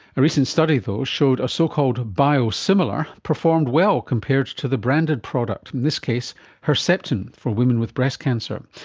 a recent study though showed a so-called biosimilar performed well compared to the branded product, in this case herceptin for women with breast cancer.